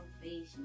salvation